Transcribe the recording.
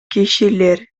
кишилер